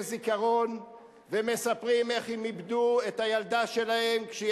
זיכרון ומספרים איך הם איבדו את הילדה שלהם כשהיא